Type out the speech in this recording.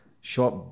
short